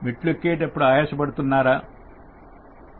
మెట్లు ఎక్కేటప్పుడు ఆయాసపడుతూ నారా